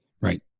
Right